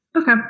Okay